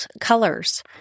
colors